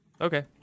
okay